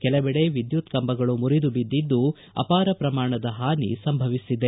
ಕೆಲವೆಡೆ ವಿದ್ಯುತ್ ಕಂಬಗಳು ಮುರಿದು ಬಿದ್ಲಿದ್ದು ಅಪಾರ ಪ್ರಮಾಣದ ಹಾನಿ ಸಂಭವಿಸಿದೆ